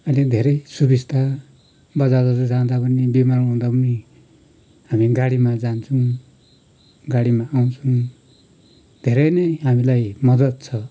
अहिले धेरै सुबिस्ता बजारहरू जाँदा पनि बिमार हुँदा पनि हामी गाडीमा जान्छौँ गाडीमा आउछौँ धेरै नै हामीलाई मद्दत छ